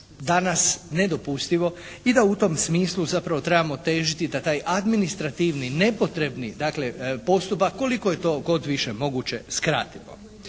danas nedopustivo i da u tom smislu zapravo trebamo težiti da taj administrativni, nepotrebni dakle postupak koliko je to god više moguće skratimo.